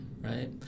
Right